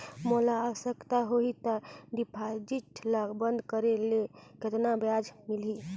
मोला आवश्यकता होही त डिपॉजिट ल बंद करे ले कतना ब्याज मिलही?